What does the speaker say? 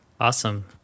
Awesome